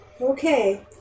Okay